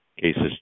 cases